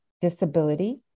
disability